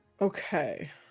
Okay